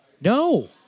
No